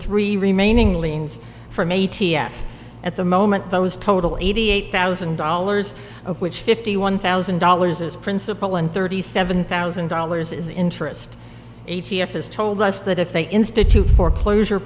three remaining liens from a t f at the moment those total eighty eight thousand dollars of which fifty one thousand dollars is principal and thirty seven thousand dollars is interest a t f has told us that if they institute foreclosure